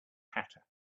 hatter